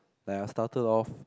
like I started off